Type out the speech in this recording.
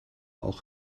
auch